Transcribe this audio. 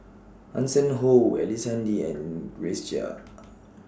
Hanson Ho Ellice Handy and Grace Chia